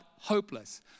hopeless